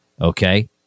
Okay